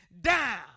down